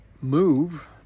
move